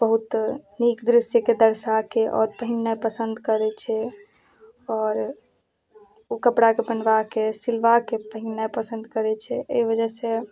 बहुत नीक दृश्यके दर्शाके आओर पहिरनाइ पसंद करै छै आओर ओ कपड़ाके बनबाके सिलबाके पहिरनाइ पसंद करै छै एहि वजह से